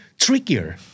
trickier